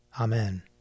Amen